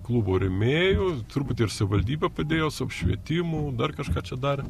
klubo rėmėjų truputį ir savivaldybė padėjo su apšvietimu dar kažką čia darė